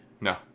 No